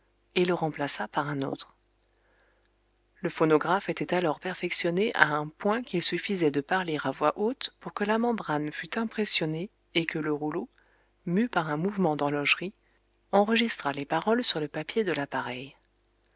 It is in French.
et le remplaça par un autre le phonographe était alors perfectionné à un point qu'il suffisait de parler à voix haute pour que la membrane fût impressionnée et que le rouleau mû par un mouvement d'horlogerie enregistrât les paroles sur le papier de l'appareil